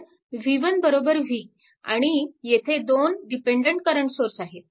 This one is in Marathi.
तर v1 v आणि येथे दोन डिपेन्डन्ट करंट सोर्स आहेत